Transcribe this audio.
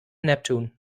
neptune